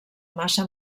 massa